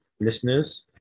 listeners